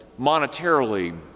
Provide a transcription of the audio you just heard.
monetarily